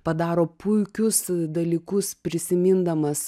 padaro puikius dalykus prisimindamas